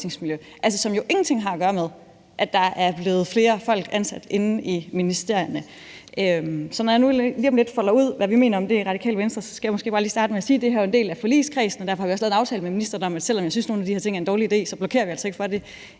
altså ingenting har at gøre med, at der er blevet ansat flere folk inde i ministerierne. Så når jeg nu lige om lidt folder ud, hvad vi mener om det i Radikale Venstre, skal jeg måske bare lige starte med at sige, at det her jo er en del af forligskredsen, og derfor har vi også lavet en aftale med ministeren, og selv om jeg synes, nogle af de her ting er en dårlig idé, så blokerer vi altså ikke for det